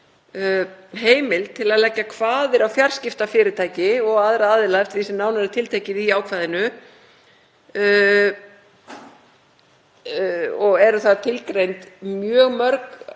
heimild til að leggja kvaðir á fjarskiptafyrirtæki og aðra aðila eftir því sem nánar er tiltekið í ákvæðinu og eru þar tilgreind mjög mörg